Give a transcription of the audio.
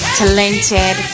talented